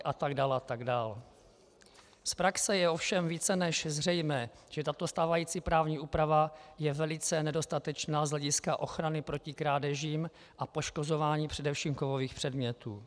Z praxe je ovšem více než zřejmé, že tato stávající právní úprava je velice nedostatečná z hlediska ochrany proti krádežím a poškozování především kovových předmětů.